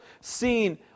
seen